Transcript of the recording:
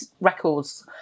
records